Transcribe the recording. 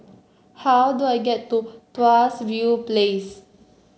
how do I get to Tuas View Place